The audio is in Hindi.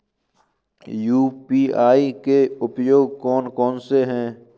यू.पी.आई के उपयोग कौन कौन से हैं?